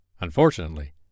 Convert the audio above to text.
Unfortunately